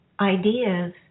ideas